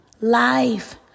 Life